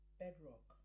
bedrock